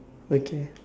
okay